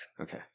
Okay